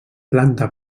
planta